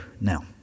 now